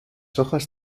hojas